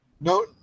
No